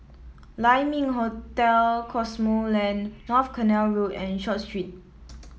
Lai Ming Hotel Cosmoland North Canal Road and Short Street